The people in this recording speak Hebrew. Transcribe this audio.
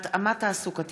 (התאמה תעסוקתית),